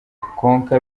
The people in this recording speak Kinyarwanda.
konka